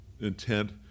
intent